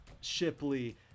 Shipley